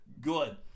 Good